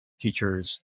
Teachers